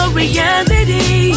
reality